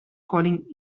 calling